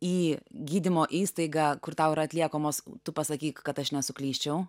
į gydymo įstaigą kur tau yra atliekamos tu pasakyk kad aš nesuklysčiau